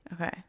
Okay